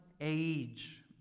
age